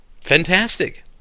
fantastic